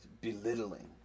Belittling